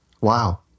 Wow